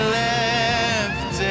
left